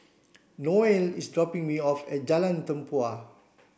Noel is dropping me off at Jalan Tempua